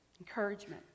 encouragement